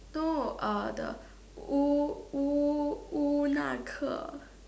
no uh the Wu~ Wu~ Wu-Na-Ke